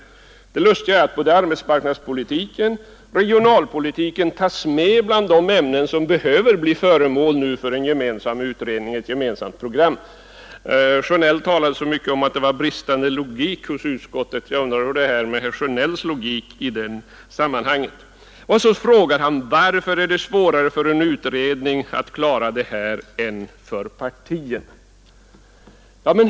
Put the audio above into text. Det lustiga är att både arbetsmarknadspolitiken och regionalpolitiken tas med bland de ämnen som behöver bli föremål för en gemensam utredning och ett gemensamt program. Herr Sjönell talade så mycket om att det var bristande logik hos utskottet. Jag undrar hur det är med herr Sjönells logik i sammanhanget. Så frågar herr Sjönell: Varför är det svårare för en utredning att klara detta än för partier?